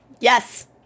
Yes